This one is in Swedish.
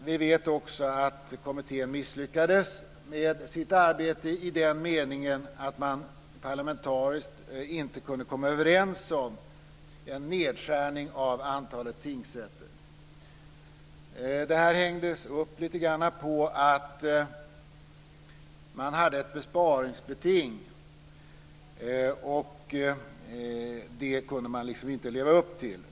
Vi vet också att kommittén misslyckades med sitt arbete i den meningen att man parlamentariskt inte kunde komma överrens om en nedskärning av antalet tingsrätter. Det här hängdes upp lite grann på att man hade ett besparingsbeting. Det kunde man liksom inte leva upp till.